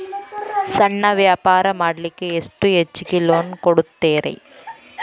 ಸಣ್ಣ ವ್ಯಾಪಾರ ಮಾಡ್ಲಿಕ್ಕೆ ಎಷ್ಟು ಹೆಚ್ಚಿಗಿ ಲೋನ್ ಕೊಡುತ್ತೇರಿ?